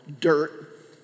dirt